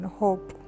hope